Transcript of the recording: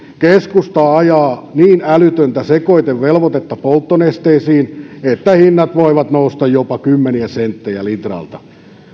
keskusta ajaa niin älytöntä sekoitevelvoitetta polttonesteisiin että hinnat voivat nousta jopa kymmeniä senttejä litralta